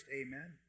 amen